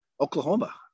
Oklahoma